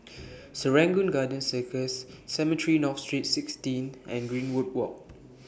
Serangoon Garden Circus Cemetry North Street sixteen and Greenwood Walk